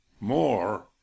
more